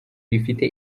rifite